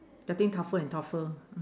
getting tougher and tougher mm